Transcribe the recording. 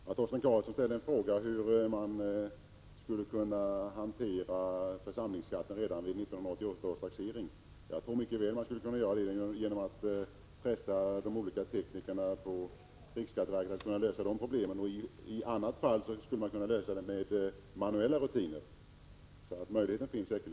Herr talman! Torsten Karlsson frågade hur det skulle vara möjligt att hantera nya regler för församlingsskatten redan vid 1988 års taxering. Jag tror mycket väl att man skulle kunna göra det genom att pressa de olika teknikerna i riksskatteverket på en lösning av de problemen. I annat fall skulle man kunna lösa det hela med manuella rutiner. Möjlighet finns säkerligen!